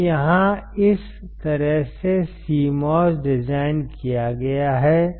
तो यहाँ इस तरह से CMOS डिज़ाइन किया गया है